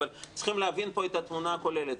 אבל צריכים להבין פה את התמונה הכוללת.